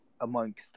amongst